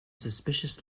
suspicious